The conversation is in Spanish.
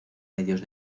medios